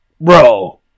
bro